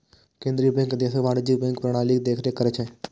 केंद्रीय बैंक देशक वाणिज्यिक बैंकिंग प्रणालीक देखरेख करै छै